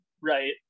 right